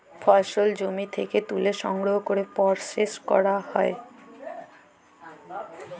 ফসল জমি থ্যাকে ত্যুলে সংগ্রহ ক্যরে পরসেস ক্যরা হ্যয়